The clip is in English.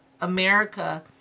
America